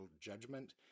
Judgment